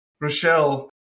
Rochelle